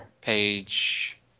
Page –